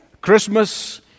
Christmas